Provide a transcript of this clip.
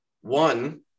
One